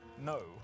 No